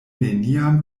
neniam